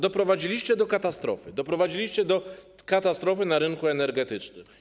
Doprowadziliście do katastrofy - doprowadziliście do katastrofy na rynku energetycznym.